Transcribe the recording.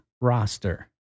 roster